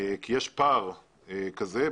כי יש פער כזה.